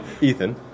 Ethan